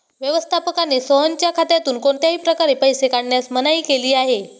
व्यवस्थापकाने सोहनच्या खात्यातून कोणत्याही प्रकारे पैसे काढण्यास मनाई केली आहे